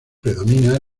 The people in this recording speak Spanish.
predomina